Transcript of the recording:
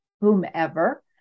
whomever